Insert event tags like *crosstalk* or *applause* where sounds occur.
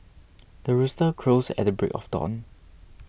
*noise* the rooster crows at the break of dawn